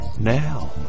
now